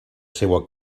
seua